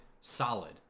solid